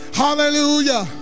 hallelujah